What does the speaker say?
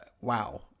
wow